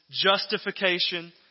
justification